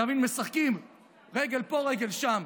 אתה מבין, משחקים רגל פה רגל שם.